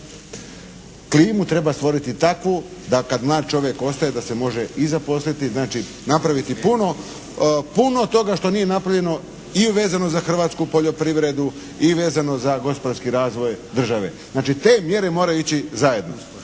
klimu treba stvoriti takvu da kad mlad čovjek ostaje da se može i zaposliti, znači napraviti puno toga što nije napravljeno i vezano za hrvatsku poljoprivredu i vezano za gospodarski razvoj države. Znači, te mjere moraju ići zajedno